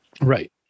right